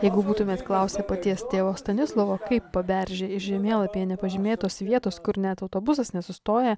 jeigu būtumėt klausę paties tėvo stanislovo kaip paberžė iš žemėlapyje nepažymėtos vietos kur net autobusas nesustoja